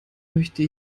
möchte